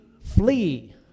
flee